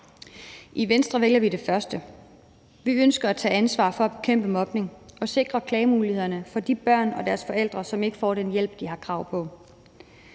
I Venstre vælger vi det første. Vi ønsker at tage ansvar for at bekæmpe mobning og sikre klagemulighederne for de børn og deres forældre, som ikke får den hjælp, som de har krav på.